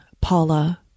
Paula